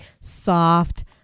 soft